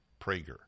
Prager